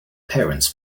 parents